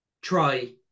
try